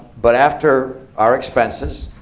but after our expenses,